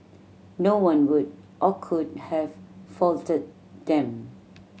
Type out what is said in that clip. no one would or could have faulted them